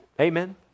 Amen